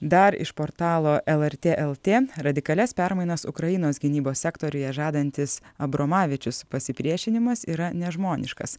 dar iš portalo lrt lt radikalias permainas ukrainos gynybos sektoriuje žadantis abromavičius pasipriešinimas yra nežmoniškas